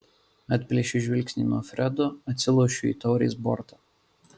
atplėšiu žvilgsnį nuo fredo atsilošiu į taurės bortą